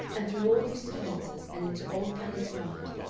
and through all these defences and into old palace yard,